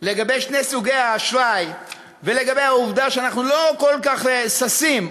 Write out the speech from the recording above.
לגבי שני סוגי האשראי ולגבי העובדה שאנחנו לא כל כך ששים,